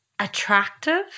attractive